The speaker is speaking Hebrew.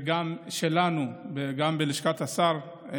וגם שלנו, גם בלשכת השר.